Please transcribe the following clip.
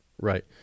Right